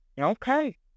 okay